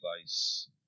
place